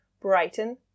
Brighton